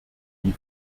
die